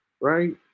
right